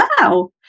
wow